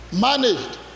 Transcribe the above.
managed